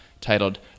titled